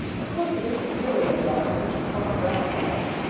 of course it isn't really a yard such as farmer brown has.